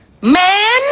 man